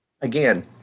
again